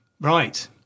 Right